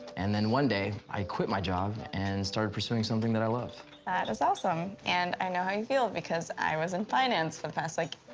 and then one day, i quit my job and started pursuing something that i love. that is awesome. and i know how you feel because i was in finance for the past, like,